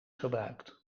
gebruikt